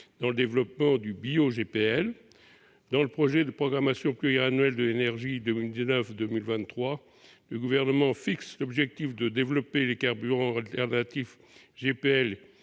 dans le développement du bioGPL. Dans le projet de programmation pluriannuelle de l'énergie 2019-2023, le Gouvernement fixe l'objectif de développer le carburant alternatif GPL